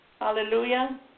hallelujah